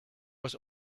was